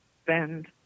spend